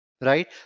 right